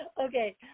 okay